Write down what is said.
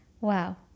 Wow